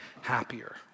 happier